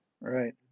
Right